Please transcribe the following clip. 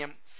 M C